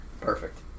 Perfect